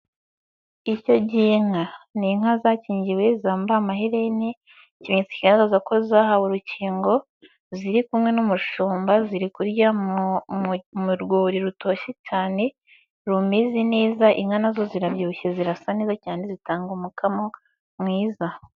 Ishyo ry'inka, ni inka zakingiwe zambaye amahereni ikintu kigaragazaza ko zahawe urukingo ziri kumwe n'umushumba ziri kurya mu rwuri rutoshye cyane rumezi neza, inka na zo zirabyibushye zirasa neza cyane zitanga umukamo mwiza.